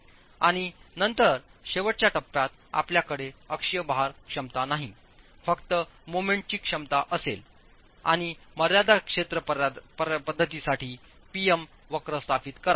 आणि नंतर शेवटच्या टप्प्यात आपल्याकडे अक्षीय भार क्षमता नाही फक्त मोमेंटची क्षमता असेल आणि मर्यादा क्षेत्र पध्दतीसाठी P M वक्र स्थापित करा